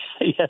Yes